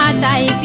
ah nine